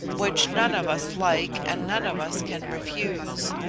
which none of us like and none of us can refuse.